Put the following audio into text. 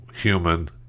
human